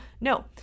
No